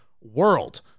WORLD